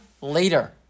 Later